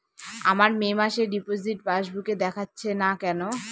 আমার মে মাসের ডিপোজিট পাসবুকে দেখাচ্ছে না কেন?